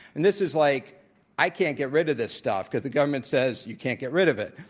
and this is like i can't get rid of this stuff because the government says, you can't get rid of it.